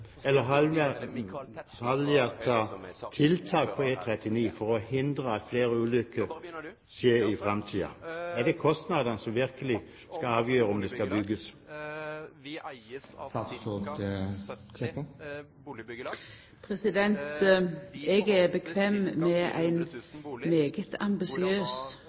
tiltak på E39 for å hindre at flere ulykker skjer i fremtiden? Er det kostnadene som virkelig skal avgjøre om det skal bygges? Eg er komfortabel med ein veldig ambisiøs nasjonal transportplan. Eg er òg komfortabel med